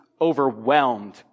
overwhelmed